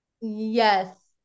Yes